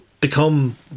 become